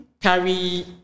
carry